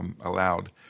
allowed